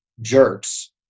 jerks